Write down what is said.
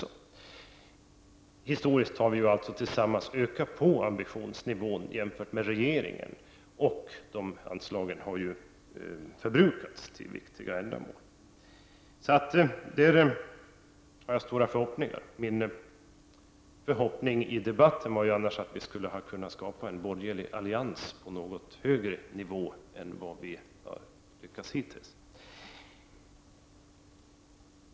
Historiskt har vi tillsammans höjt ambitionsnivån i förhållande till regeringens. Anslagen har också förbrukats och använts för viktiga ändamål. Jag har också stora förhoppningar på denna punkt. Min förhoppning inför denna debatt var att vi skulle kunna skapa en borgerlig allians på en något högre nivå än vad vi hittills har lyckats med.